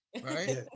right